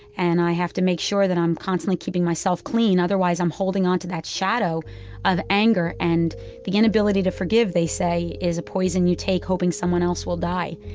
and i have to make sure that i'm constantly keeping myself clean. otherwise, i'm holding onto that shadow of anger, and the inability to forgive, they say, is a poison you take hoping someone else will die.